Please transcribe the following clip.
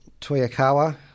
Toyokawa